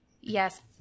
yes